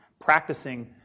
practicing